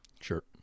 Sure